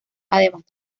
además